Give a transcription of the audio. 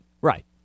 Right